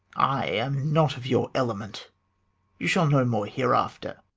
i am not of your element you shall know more hereafter.